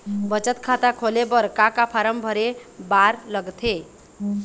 बचत खाता खोले बर का का फॉर्म भरे बार लगथे?